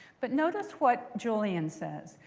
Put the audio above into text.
but notice what julian says.